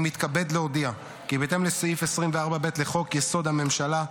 אני מתכבד להודיע כי בהתאם לסעיף 24(ב) לחוק-יסוד: הממשלה,